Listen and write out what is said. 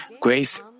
grace